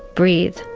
breathe,